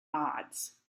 odds